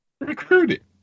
recruited